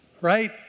Right